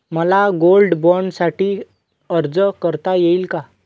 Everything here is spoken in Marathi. मला गोल्ड बाँडसाठी अर्ज करता येईल का?